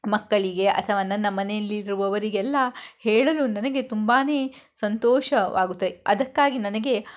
ಮಕ್ಕಳಿಗೆ ಅಥವಾ ನನ್ನ ಮನೆಯಲ್ಲಿರುವವರಿಗೆ ಎಲ್ಲ ಹೇಳಲೂ ನನಗೆ ತುಂಬಾ ಸಂತೋಷವಾಗುತ್ತೆ ಅದಕ್ಕಾಗಿ ನನಗೆ